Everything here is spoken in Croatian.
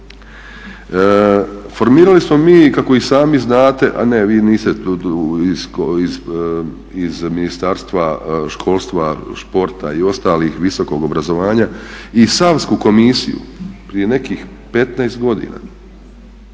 Formirali smo mi, kako i sami znate, a ne vi niste iz Ministarstva školstva, športa i ostalih, visokog obrazovanja, i Savsku komisiju prije nekih 15 godina.